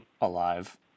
alive